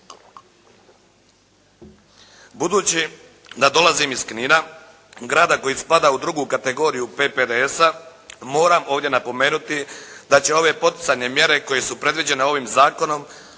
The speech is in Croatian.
Budući da dolazim iz Knina, grada koji spada u drugu kategoriju PPDS-a, moram ovdje napomenuti da će ove poticajne mjere koje su predviđene ovim zakonom,